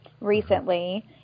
recently